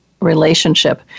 Relationship